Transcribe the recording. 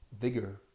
vigor